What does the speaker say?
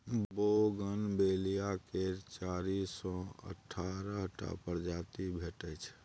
bougainvillea केर चारि सँ अठारह टा प्रजाति भेटै छै